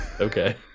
Okay